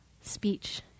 speech